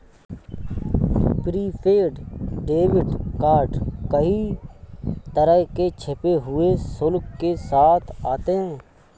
prepaid debit card कई तरह के छिपे हुए शुल्क के साथ आते हैं